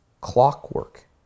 clockwork